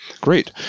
great